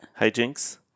Hijinks